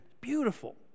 Beautiful